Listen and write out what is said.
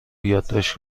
یادداشت